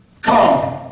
Come